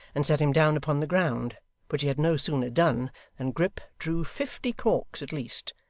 and set him down upon the ground which he had no sooner done than grip drew fifty corks at least,